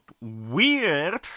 weird